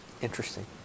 Interesting